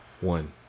One